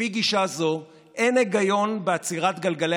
לפי גישה זו אין היגיון בעצירת גלגלי